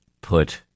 put –